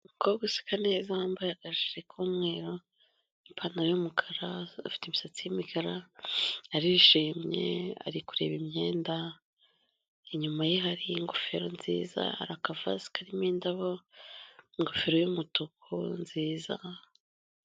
Umukobwa u uzikaeza yambaye akajire k'umweru, ipantaro y'umukara afite imisatsi y'imikara, arishimye, ari kureba imyenda, inyuma ye hari ingofero nziza, hari akavaze karimo indabo, ingofero y'umutuku nziza.